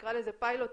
תקרא לזה פיילוט,